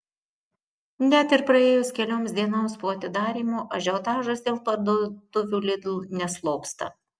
net ir praėjus kelioms dienoms po atidarymo ažiotažas dėl parduotuvių lidl neslopsta